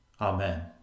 Amen